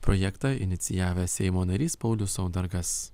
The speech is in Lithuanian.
projektą inicijavęs seimo narys paulius saudargas